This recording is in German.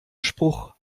spruch